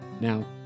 Now